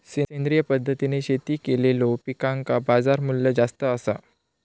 सेंद्रिय पद्धतीने शेती केलेलो पिकांका बाजारमूल्य जास्त आसा